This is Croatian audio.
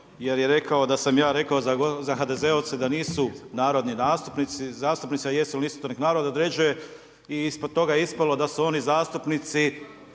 jer je rekao da sam ja rekao za HDZ-ovce da nisu narodni zastupnici, ali …/Govornik se ne razumije/…određuje i ispod toga je ispalo da su oni zastupnici